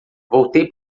voltei